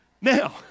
Now